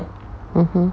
mmhmm